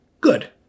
good